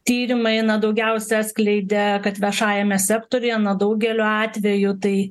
tyrimai na daugiausia atskleidė kad viešajame sektoriuje daugeliu atvejų tai